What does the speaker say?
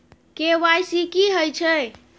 KYC की हय छै?